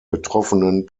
betroffenen